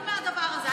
תיזהרו מהדבר הזה.